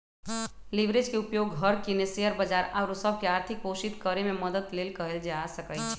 leverage के उपयोग घर किने, शेयर बजार आउरो सभ के आर्थिक पोषित करेमे मदद लेल कएल जा सकइ छै